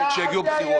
כשיגיעו בחירות.